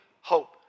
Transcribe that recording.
hope